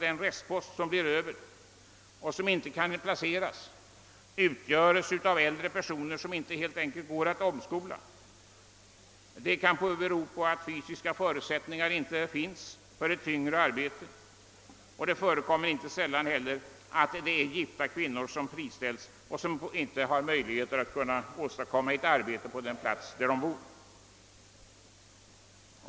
Den »restpost« som inte kan placeras utgöres nämligen ofta av äldre personer som helt enkelt inte går att omskola. Det kan bero på att fysiska förutsättningar för ett tyngre arbete inte finns, och det förekommer också ofta att det är gifta kvinnor som friställs, vilka inte kan få ett arbete på den plats där de bor.